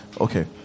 Okay